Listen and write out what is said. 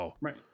Right